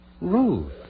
Ruth